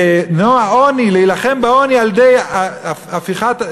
להילחם בעוני על-ידי הפיכת,